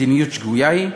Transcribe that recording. מדיניות שגויה היא?